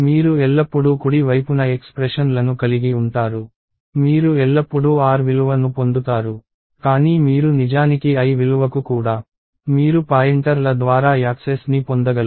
మీరు ఎల్లప్పుడూ కుడి వైపున ఎక్స్ప్రెషన్లను కలిగి ఉంటారు మీరు ఎల్లప్పుడూ r విలువ ను పొందుతారు కానీ మీరు నిజానికి l విలువకు కూడా మీరు పాయింటర్ ల ద్వారా యాక్సెస్ని పొందగలరు